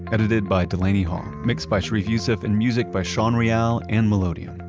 edited by delaney hall, mixed by sharif youssef, and music by sean real and melodium.